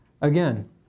Again